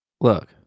Look